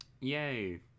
yay